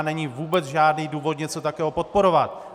Není vůbec žádný důvod něco takového podporovat.